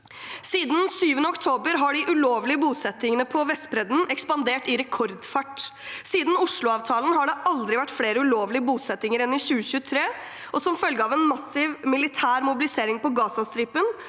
Siden 7. oktober har de ulovlige bosettingene på Vestbredden ekspandert i rekordfart. Siden Oslo-avtalen har det aldri vært flere ulovlige bosettinger enn i 2023. Og som følge av en massiv militær mobilisering på Gazastripen